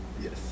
Yes